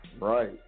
Right